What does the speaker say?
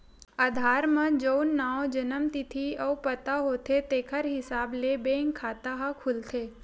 आधार म जउन नांव, जनम तिथि अउ पता होथे तेखर हिसाब ले बेंक खाता ह खुलथे